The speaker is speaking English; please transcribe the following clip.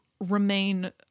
remain